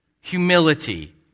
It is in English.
Humility